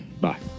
bye